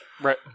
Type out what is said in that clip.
right